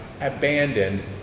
abandoned